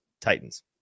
Titans